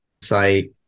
site